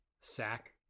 sack